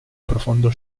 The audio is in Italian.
profondo